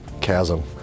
chasm